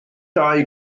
dau